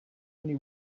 only